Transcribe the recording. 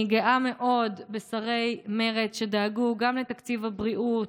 אני גאה מאוד בשרי מרצף שדאגו גם לתקציב הבריאות,